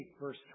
verse